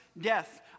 death